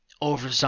over